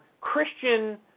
Christian